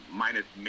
minus